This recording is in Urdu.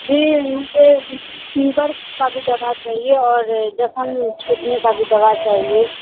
جی مجھے فیور کا بھی دوا چاہیے اور زخم چھوٹنے کا بھی دوا چاہیے